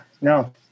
no